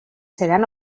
serán